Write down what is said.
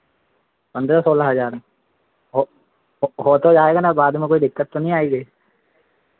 पंद्रह सोलह हज़ार हो तो जाएगा ना बाद में कोई दिक्कत तो नहीं आएगी